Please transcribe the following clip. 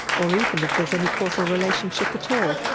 or even if there is any causal relationship at all.